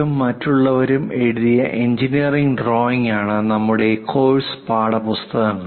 Bhatt മറ്റുള്ളവരും എഴുതിയ engineering ഡ്രോയിംഗാണ് നമ്മുടെ കോഴ്സ് പാഠപുസ്തകങ്ങൾ